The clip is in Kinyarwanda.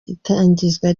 itangizwa